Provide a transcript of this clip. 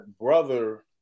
brother